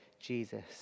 Jesus